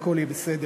והכול יהיה בסדר.